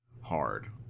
hard